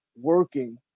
working